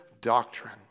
doctrine